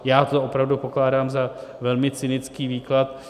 Já to opravdu pokládám za velmi cynický výklad.